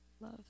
love